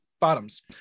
bottoms